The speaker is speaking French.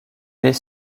les